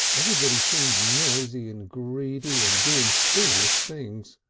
everybody seemed noisy and greedy and doing foolish things.